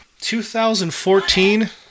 2014